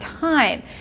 time